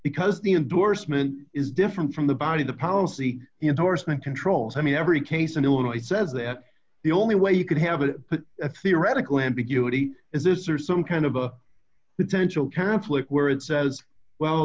because the endorsement is different from the body the policy indorsement controls i mean every case in illinois says that the only way you could have a theoretical ambiguity is this or some kind of a potential conflict where it says well